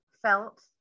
Felt